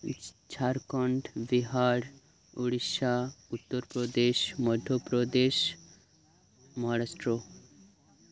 Jharkhand Bihar Orissa Uttar Pradesh Madhya Pradesh Maharashtra